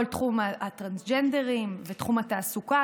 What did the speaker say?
וכל תחום הטרנסג'נדר ותחום התעסוקה,